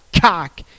cock